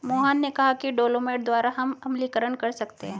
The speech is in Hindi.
मोहन ने कहा कि डोलोमाइट द्वारा हम अम्लीकरण कर सकते हैं